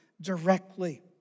directly